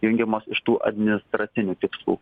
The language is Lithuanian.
jungiamos iš tų administracinių tikslų